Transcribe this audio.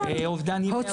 אובדן ימי עבודה,